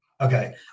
Okay